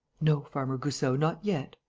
no, farmer goussot, not yet.